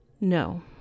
No